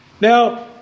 Now